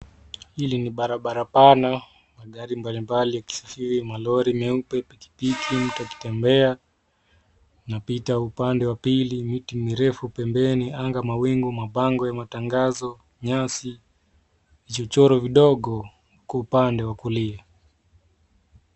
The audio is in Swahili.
Hili ni barabara pana. Magari mbalimbali yakisafiri, malori meupe, pikipiki mtu akitembea na pita upande wa pili miti mirefu pembeni, anga, mawingu, mabango ya matangazo, nyasi, vichochoro vidogo uko upande wa kulia.